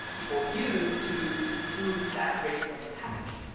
people use to to prove that racism is happening,